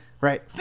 right